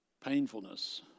painfulness